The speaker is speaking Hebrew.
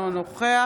אינו נוכח